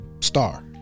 star